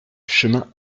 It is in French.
chemin